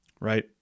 right